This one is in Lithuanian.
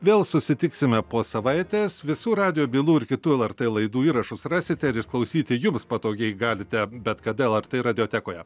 vėl susitiksime po savaitės visų radijo bylų ir kitų lrt laidų įrašus rasite ir išklausyti jums patogiai galite bet kada lrt radiotekoje